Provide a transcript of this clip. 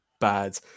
bad